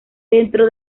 dentro